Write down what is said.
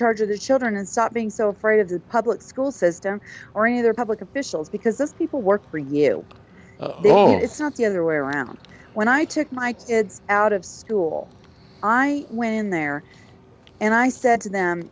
charge of the children and stop being so afraid of the public school system or any other public officials because those people work for you it's not the other way around when i took my kids out of school i went in there and i said to them